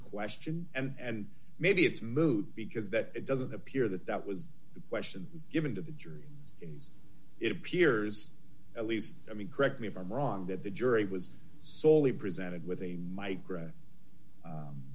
question and maybe it's moot because that doesn't appear that that was the question given to the jury it appears at least i mean correct me if i'm wrong that the jury was soley presented with